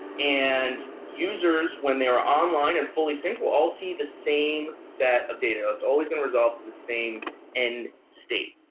and users, when they are online and fully synced, will all see the same set of data. it's always going to resolve to the same end state.